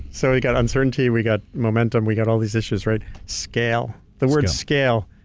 so, we've got uncertainty, we've got momentum, we've got all these issues, right? scale. the word scale,